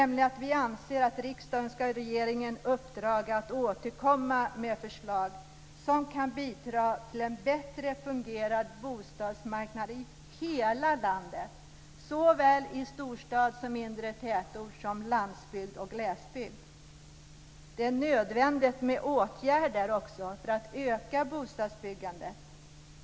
Vi anser alltså att riksdagen ska ge regeringen i uppdrag att återkomma med förslag till åtgärder som kan bidra till en bättre fungerande bostadsmarknad i hela landet, såväl i storstad som i mindre tätort, landsbygd och glesbygd. Vidare är det nödvändigt med åtgärder för att öka bostadsbyggandet.